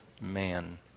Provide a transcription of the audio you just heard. man